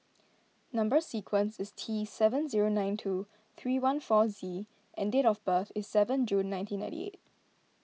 Number Sequence is T seven zero nine two three one four Z and date of birth is seven June nineteen ninety eight